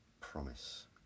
promise